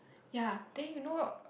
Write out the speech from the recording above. ya then you know